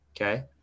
okay